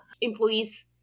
employees